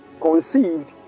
conceived